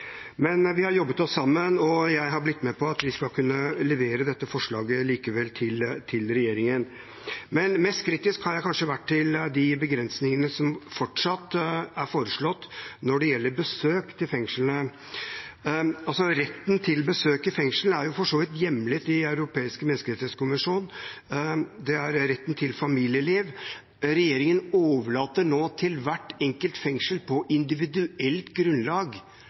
Men vi har jobbet oss sammen, og jeg har blitt med på at vi likevel skal kunne levere dette forslaget til regjeringen. Mest kritisk har jeg kanskje vært til begrensningene som fortsatt er foreslått når det gjelder besøk til fengslene. Retten til besøk i fengsel er for så vidt hjemlet i Den europeiske menneskerettskonvensjon – det er retten til familieliv. Regjeringen overlater nå til hvert enkelt fengsel på individuelt grunnlag